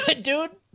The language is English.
dude